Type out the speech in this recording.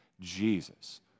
Jesus